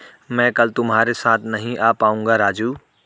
मैं कल तुम्हारे साथ नहीं आ पाऊंगा राजू